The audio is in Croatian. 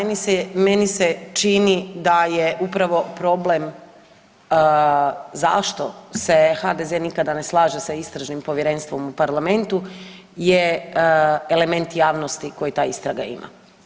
Dakle da, meni se čini da je upravo problem zašto se HDZ nikada ne slaže sa istražnim povjerenstvom u parlamentu je element javnosti koji ta istraga ima.